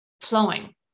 flowing